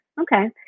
Okay